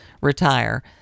retire